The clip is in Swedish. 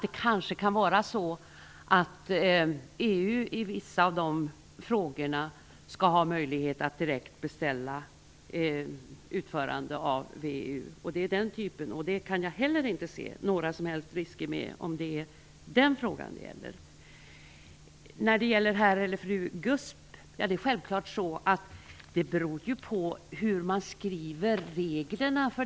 Det kan vara så att EU i vissa av de frågorna skall ha möjlighet att direkt beställa utförande av VEU. Det kan jag inte heller se några som helst risker med, om det är detta frågan gäller. I fråga om "herr eller fru GUSP" är det självklart att det beror på hur man skriver reglerna.